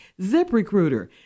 ZipRecruiter